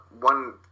one